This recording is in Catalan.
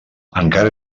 encara